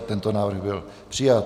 Tento návrh byl přijat.